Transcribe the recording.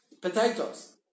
Potatoes